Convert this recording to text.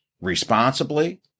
responsibly